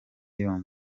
yombi